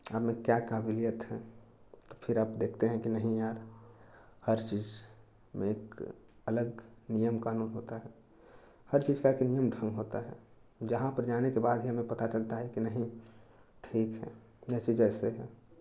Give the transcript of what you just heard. आपमें क्या काबिलियत है फिर आप देखते हैं कि नहीं यार हर चीज़ एक अलग नियम कानून होता है हर चीज़ का एक नियम कानून होता है जहाँ पर जाने के बाद हमें पता चलता है कि नहीं ठीक है जैसे जैसे